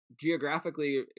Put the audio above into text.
geographically